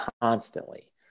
constantly